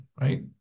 right